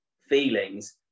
feelings